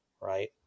right